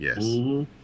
Yes